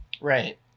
right